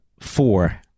four